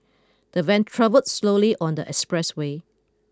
the van travelled slowly on the expressway